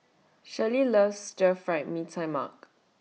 Shirlee loves Stir Fried Mee Tai Mak